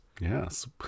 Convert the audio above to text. Yes